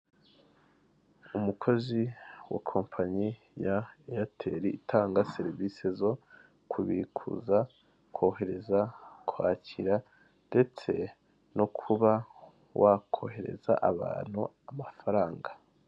Umukozi wa kompanyi ya eyateri itanga serivisi zo kubikuza, kohereza, kwakira ndetse no kuba wakohereza abantu amafaranga.